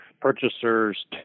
purchasers